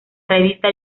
revista